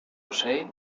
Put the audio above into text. ocell